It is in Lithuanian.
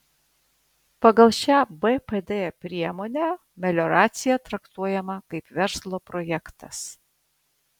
pagal šią bpd priemonę melioracija traktuojama kaip verslo projektas